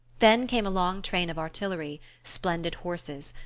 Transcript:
then came a long train of artillery splendid horses,